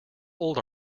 old